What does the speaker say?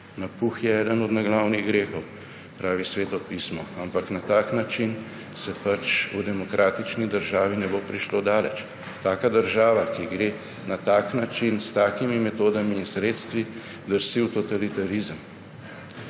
Napuh je eden od naglavnih grehov, pravi Sveto pismo, ampak na tak način se pač v demokratični državi ne bo prišlo daleč. Taka država, ki gre na tak način, s takimi metodami in sredstvi, drsi v totalitarizem.